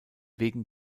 wegen